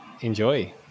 Enjoy